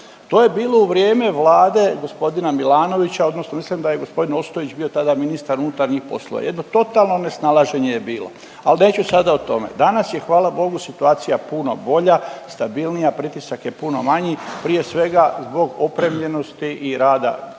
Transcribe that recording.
To je bilo u vrijeme Vlade gospodina Milanovića, odnosno mislim da je gospodin Ostojić bio tada ministar unutarnjih poslova. Jedno totalno nesnalaženje je bilo ali neću sada o tome. Danas je hvala bogu situacija puno bolja, stabilnija, pritisak je puno manji prije svega zbog opremljenosti i rada